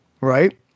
right